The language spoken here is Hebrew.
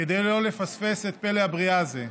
כדי לא לפספס את פלא הבריאה הזה.